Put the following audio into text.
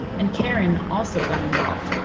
and karen also got involved,